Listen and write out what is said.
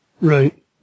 Right